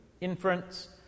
inference